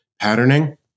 patterning